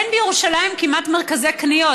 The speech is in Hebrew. אין בירושלים כמעט מרכזי קניות.